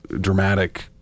dramatic